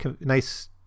nice